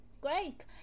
great